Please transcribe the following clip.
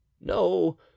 No